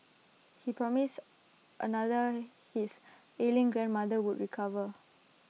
he promised another his ailing grandmother would recover